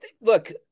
look